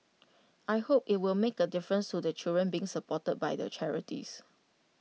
I hope IT will make A difference to the children being supported by the charities